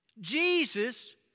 Jesus